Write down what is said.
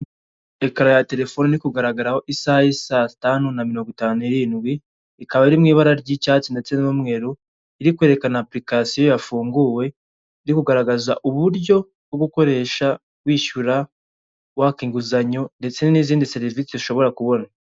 Ekara ya telefone iri kugaragaraho, isaha y'i saa tanu na mirongo itanu n' irindwi, ikaba iri mu ibara ry'icyatsi ndetse n'umweru, iri kwerekana apulikasiyo yafunguwe, iri kugaragaza uburyo bwo gukoresha wishyura, waka inguzanyo, ndetse n'izindi serivisi ushobora kubona.